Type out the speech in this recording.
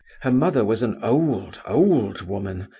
her mother was an old, old woman,